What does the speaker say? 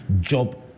job